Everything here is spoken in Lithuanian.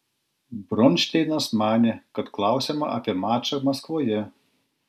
bronšteinas manė kad klausiama apie mačą maskvoje